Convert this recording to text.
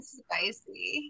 spicy